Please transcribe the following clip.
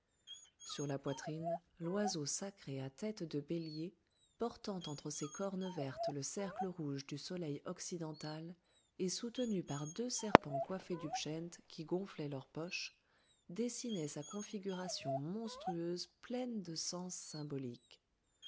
sur la poitrine l'oiseau sacré à la tête de bélier portant entre ses cornes vertes le cercle rouge du soleil occidental et soutenu par deux serpents coiffés du pschent qui gonflaient leurs poches dessinait sa configuration monstrueuse pleine de sens symboliques